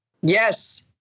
Yes